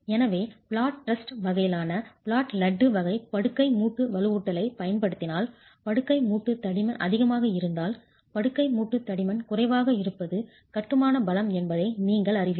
எனவே flat truss வகையிலான flat லட்டு வகை படுக்கை மூட்டு வலுவூட்டலைப் பயன்படுத்தினால் படுக்கை மூட்டு தடிமன் அதிகமாக இருந்தால் படுக்கை மூட்டு தடிமன் குறைவாக இருப்பது கட்டுமான பலம் என்பதை நீங்கள் அறிவீர்கள்